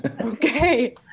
Okay